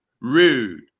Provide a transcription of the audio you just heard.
Rude